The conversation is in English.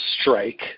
strike